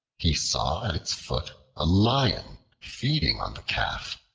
he saw at its foot a lion feeding on the calf.